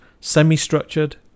semi-structured